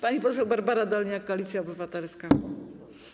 Pani poseł Barbara Dolniak, Koalicja Obywatelska.